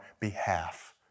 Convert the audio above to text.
behalf